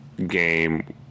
game